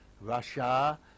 Russia